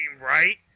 right